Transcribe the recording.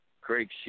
Craig